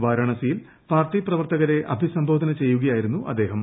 വാരാണസിയിൽ പാർട്ടി പ്രവർത്തകരെ അഭിസംബോധന ചെയ്യുകയായിരുന്നു അദ്ദേഹം